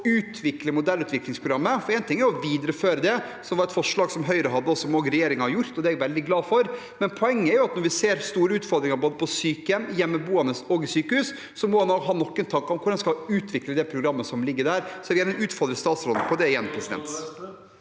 å utvikle modellutviklingsprogrammet. For én ting er å videreføre det som var et forslag fra Høyre, og som også regjeringen har gjort, og det er jeg veldig glad for, men poenget er at når vi ser store utfordringer både på sykehjem, hos hjemmeboende og i sykehus, må en ha noen tanker om hvordan en skal utvikle det programmet som ligger der. Det vil jeg gjerne igjen utfordre statsråden på.